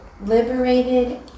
liberated